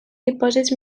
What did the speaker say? dipòsits